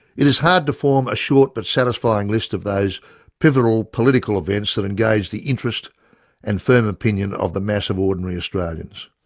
it is hard to form a short but satisfying list of those pivotal political events that engaged the interest and firm opinion of the mass of ordinary australians.